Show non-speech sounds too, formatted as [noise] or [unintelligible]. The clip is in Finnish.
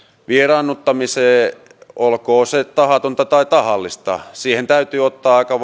vieraannuttamiseen olkoon se tahatonta tai tahallista täytyy ottaa aika [unintelligible]